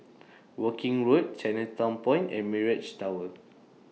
Woking Road Chinatown Point and Mirage Tower